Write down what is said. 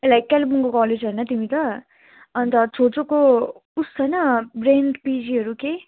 कालिम्पोङको कलेज होइन तिमी त अन्त छेउ छेउको उस छैन रेन्ट पिजीहरू केही